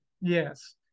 yes